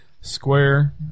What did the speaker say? Square